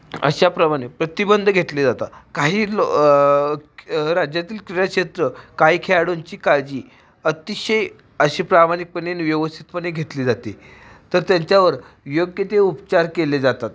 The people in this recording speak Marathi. अशाप्रमाणे प्रतिबंध घेतले जातात काही लो क राज्यातील क्रीडाक्षेत्र काही खेळाडूंची काळजी अतिशय अशी प्रामाणिकपणे नी व्यवस्थितपणे घेतली जाते तर त्यांच्यावर योग्य ते उपचार केले जातात